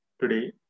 Today